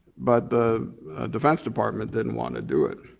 but the defense department didn't wanna do it.